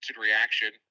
reaction